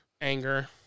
anger